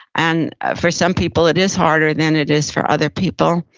and for some people it is harder than it is for other people.